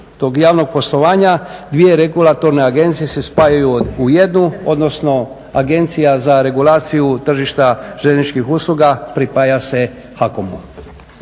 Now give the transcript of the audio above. tog javnog poslovanja dvije regulatorne agencije se spajaju u jednu, odnosno Agencija za regulaciju tržišta željezničkih usluga pripaja se HAKOM-u.